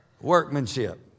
workmanship